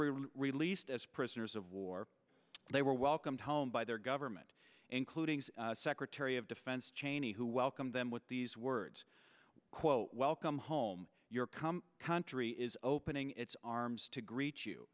were released as prisoners of war they were welcomed home by their government including secretary of defense cheney who welcomed them with these words quote welcome home your cum country is opening its arms to greet you